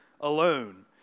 alone